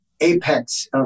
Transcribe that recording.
apex